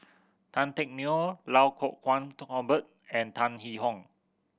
Tan Teck Neo Iau Kuo Kwong Robert and Tan Yee Hong